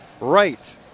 right